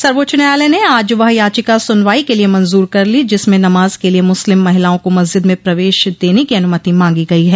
सर्वोच्च न्यायालय ने आज वह याचिका सुनवाई के लिए मंज्र कर ली जिसमें नमाज के लिए मुस्लिम महिलाओं को मस्जिद में प्रवेश देने की अनुमति मांगी गई है